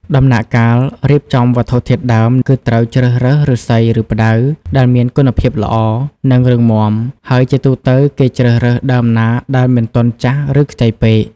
ដំណាក់កាលរៀបចំវត្ថុធាតុដើម គឺត្រូវជ្រើសរើស ឫស្សី ឬ ផ្តៅ ដែលមានគុណភាពល្អ និងរឹងមាំ ហើយជាទូទៅ គេជ្រើសរើសដើមណាដែលមិនទាន់ចាស់ឬខ្ចីពេក។